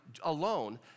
alone